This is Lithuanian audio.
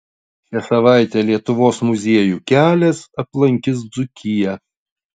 šią savaitę lietuvos muziejų kelias aplankys dzūkiją